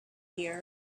here